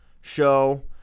show